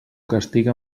castiga